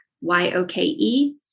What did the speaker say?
Y-O-K-E